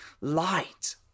light